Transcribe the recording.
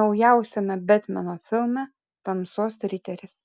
naujausiame betmeno filme tamsos riteris